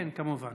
כן, כמובן.